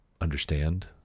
understand